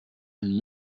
and